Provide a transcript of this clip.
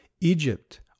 egypt